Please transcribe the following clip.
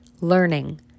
learning